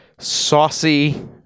saucy